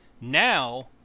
Now